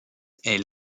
est